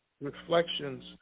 Reflections